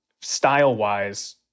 style-wise